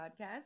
podcast